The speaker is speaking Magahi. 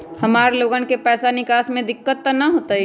हमार लोगन के पैसा निकास में दिक्कत त न होई?